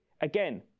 Again